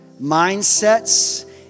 mindsets